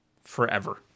forever